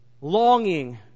Longing